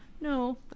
No